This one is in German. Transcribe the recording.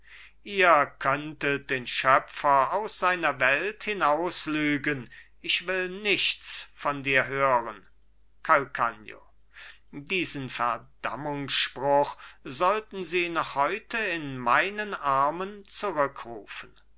ihr könntet den schöpfer aus seiner welt hinauslügen ich will nichts von dir hören calcagno diesen verdammungsspruch sollten sie noch heute in meinen armen zurückrufen